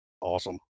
Awesome